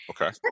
Okay